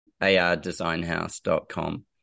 ardesignhouse.com